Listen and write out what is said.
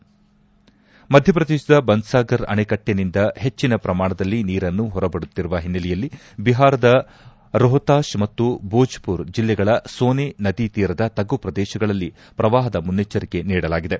head ಮಧ್ಯ ಪ್ರದೇಶದ ಬನ್ನಾಗರ್ ಅಣೆಕಟ್ಟನಿಂದ ಹೆಚ್ಚಿನ ಪ್ರಮಾಣದ ನೀರನ್ನು ಹೊರಬಿಡುತ್ತಿರುವ ಹಿನ್ನೆಲೆಯಲ್ಲಿ ಬಿಹಾರದ ರೋಹ್ತಾಷ್ ಮತ್ತು ಬೋಜ್ಪರ್ ಜಿಲ್ಲೆಗಳ ಸೋನೆ ನದಿತೀರದ ತಗ್ಗುಪ್ರದೇಶಗಳಲ್ಲಿ ಪ್ರವಾಹದ ಮುನ್ನೆಚ್ಚರಿಕೆ ನೀಡಲಾಗಿದೆ